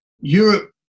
Europe